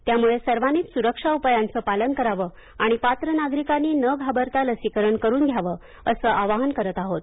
त्यामुळे सर्वांनीच सुरक्षा उपायांचं पालन करावं आणि पात्र नागरिकांनी न घाबरता लसीकरण करून घ्यावं असं आवाहन करत आहोत